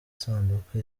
isanduku